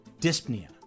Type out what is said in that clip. dyspnea